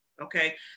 Okay